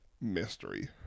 mystery